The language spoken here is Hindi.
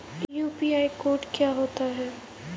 यू.पी.आई कोड क्या होता है?